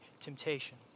temptation